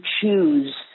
choose